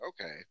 Okay